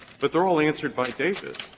but they're all answered by davis.